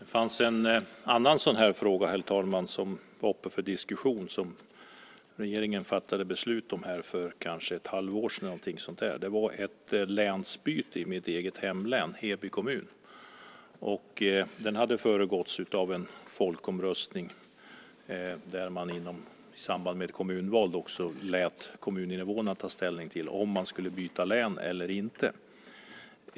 Herr talman! Det fanns en annan sådan här fråga som var uppe till diskussion och som regeringen fattade beslut om för kanske ett halvår sedan eller något sådant. Det gällde ett länsbyte för Heby kommun i mitt hemlän. Det föregicks av en folkomröstning där man i samband med kommunval lät kommuninvånarna ta ställning till byte av län eller inte.